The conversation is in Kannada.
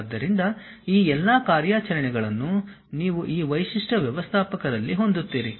ಆದ್ದರಿಂದ ಈ ಎಲ್ಲಾ ಕಾರ್ಯಾಚರಣೆಗಳನ್ನು ನೀವು ಈ ವೈಶಿಷ್ಟ್ಯ ವ್ಯವಸ್ಥಾಪಕರಲ್ಲಿ ಹೊಂದಿರುತ್ತೀರಿ